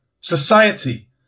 society